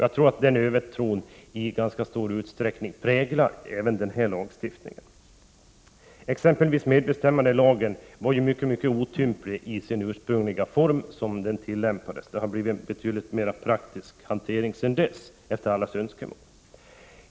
Jag tror att den övertron i ganska stor utsträckning präglar även denna lagstiftning. Exempelvis medbestämmandelagen var i sin ursprungliga form mycket otymplig såsom den tillämpades. Hanteringen har, efter allas önskemål, blivit betydligt mer praktisk sedan dess.